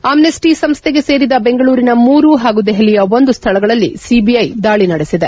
Amnesty ಸಂಸ್ಟೆಗೆ ಸೇರಿದ ಬೆಂಗಳೂರಿನ ಮೂರು ಹಾಗೂ ದೆಹಲಿಯ ಒಂದು ಸ್ಥಳಗಳಲ್ಲಿ ಸಿಬಿಐ ದಾಳಿ ನಡೆದಿದೆ